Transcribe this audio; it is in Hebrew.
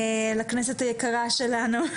לכנסת היקרה שלנו.